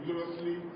gloriously